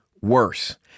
worse